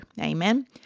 Amen